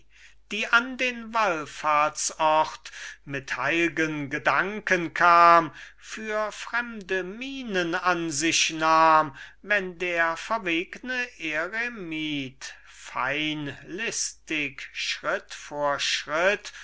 die an den wallfahrtsort mit heiligen gedanken kam für fremde mienen an sich nahm wenn der verwegne eremit fein listig schritt vor schritt